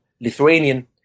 Lithuanian